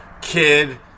kid